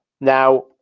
Now